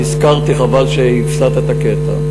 אני הזכרתי, חבל שהפסדת את הקטע.